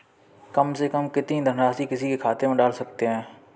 कम से कम कितनी धनराशि किसी के खाते में डाल सकते हैं?